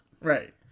Right